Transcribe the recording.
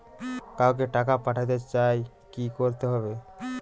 কাউকে টাকা পাঠাতে চাই কি করতে হবে?